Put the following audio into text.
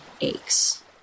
aches